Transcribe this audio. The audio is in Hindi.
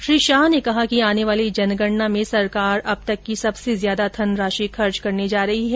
श्री शाह ने कहा कि आने वाली जनगणना में सरकार अब तक की सबसे ज्यादा धनराशि खर्च करने जा रही है